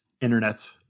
internet